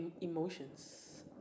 emotions